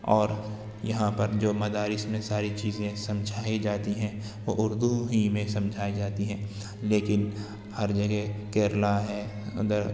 اور یہاں پر جو مدارس میں ساری چیزیں سجمھائی جاتی ہیں وہ اردو ہی میں سمجھائی جاتی ہیں لیکن ہر جگہ کیرلا ہے ادھر